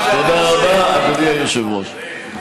תודה רבה, אדוני היושב-ראש.